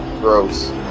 gross